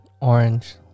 Orange